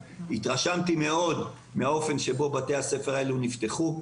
התרשמתי מאוד מהאופן שבו בתי הספר האלה נפתחו,